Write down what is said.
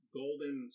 golden